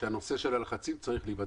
שהנושא של הלחצים צריך להיבדק.